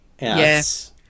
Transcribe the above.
Yes